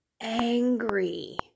angry